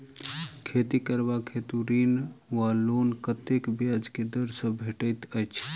खेती करबाक हेतु ऋण वा लोन कतेक ब्याज केँ दर सँ भेटैत अछि?